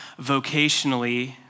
vocationally